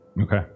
Okay